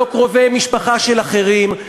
לא קרובי משפחה של אחרים.